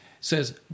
says